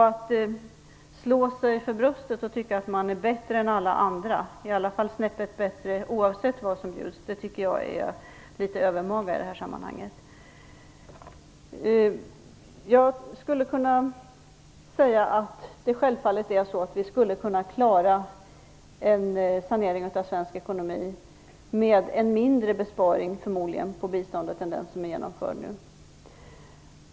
Att slå sig för bröstet och tycka att man är bättre än andra - i alla fall snäppet bättre oavsett vad som bjuds - det tycker jag är litet övermaga i det här sammanhanget. Självfallet skulle vi kunna klara en sanering av svensk ekonomi med en mindre besparing på biståndet än den som nu förslås.